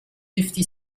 fifty